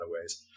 ways